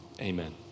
Amen